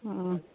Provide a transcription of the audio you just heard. ହୁଁ